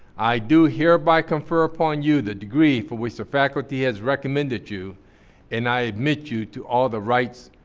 i do hereby confer upon you the degree for which the faculty has recommended you and i admit you to all the rights,